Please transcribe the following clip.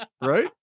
Right